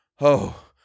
Oh